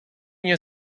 nie